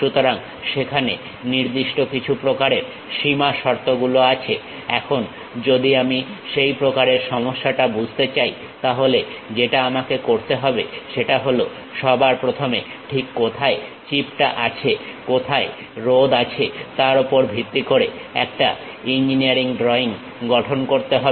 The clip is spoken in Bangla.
সুতরাং সেখানে নির্দিষ্ট কিছু প্রকারের সীমা শর্ত গুলো আছে এখন যদি আমি সেই প্রকারের সমস্যাটা বুঝতে চাই তাহলে যেটা আমাকে করতে হবে সেটা হলো সবার প্রথমে ঠিক কোথায় চিপ টা আছে কোথায় রোধ আছে তার ওপর ভিত্তি করে একটা ইঞ্জিনিয়ারিং ড্রয়িং গঠন করতে হবে